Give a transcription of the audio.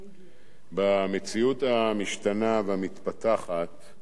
במציאות המשתנה והמתפתחת,